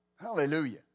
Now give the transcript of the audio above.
Hallelujah